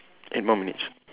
eight more minutes